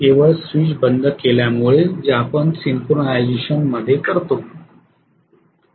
केवळ स्विच बंद केल्यामुळे जे आपण सिंक्रओनाइज़ेशन मध्ये करतो